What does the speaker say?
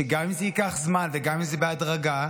וגם אם זה ייקח זמן וגם אם זה יהיה בהדרגה,